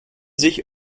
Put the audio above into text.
sich